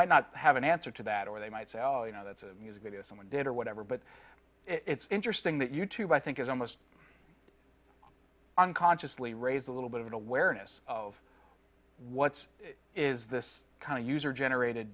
might not have an answer to that or they might say oh you know that's a music video someone did or whatever but it's interesting that you tube i think is almost unconsciously raise a little bit of an awareness of what's is this kind of user generated